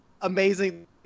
amazing